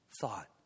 thought